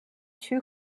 two